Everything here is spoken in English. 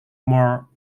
more